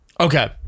Okay